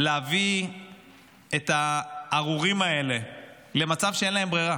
להביא את הארורים האלה למצב שאין להם ברירה,